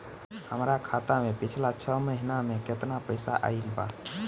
हमरा खाता मे पिछला छह महीना मे केतना पैसा आईल बा?